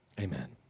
Amen